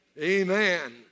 Amen